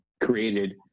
created